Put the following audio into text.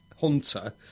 Hunter